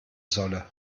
solle